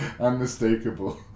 unmistakable